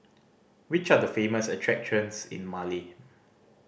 which are the famous attractions in Male